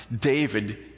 David